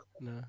No